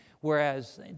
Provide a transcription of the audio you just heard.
whereas